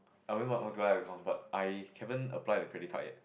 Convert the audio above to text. I already have account but I haven't apply the credit card yet